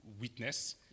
witness